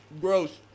Gross